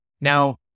Now